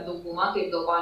dauguma taip galvoja